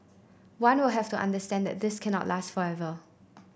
one will have to understand that this cannot last forever